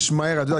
אתם יודעים,